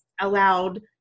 allowed